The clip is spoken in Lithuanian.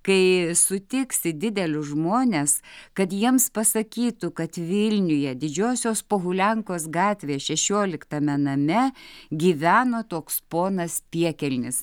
kai sutiksi didelius žmones kad jiems pasakytų kad vilniuje didžiosios pohuliankos gatvės šešioliktame name gyveno toks ponas piekelnis